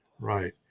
Right